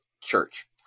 church